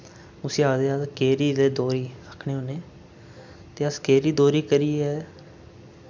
उस्सी आखदे अस काह्री ते दोह्री आखने होन्ने ते अस काह्री दोह्री करियै